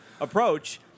approach